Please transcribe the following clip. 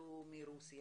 שעלו מרוסיה.